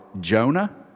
Jonah